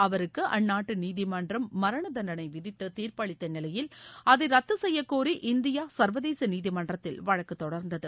அவருக்கு அந்நாட்டு நீதிமன்றம் மரணதண்டனை விதித்து தீர்ப்பளித்த நிலையில் அதை ரத்து செய்யக்கோரி இந்தியா சர்வதேச நீதிமன்றத்தில் வழக்கு தொடர்ந்தது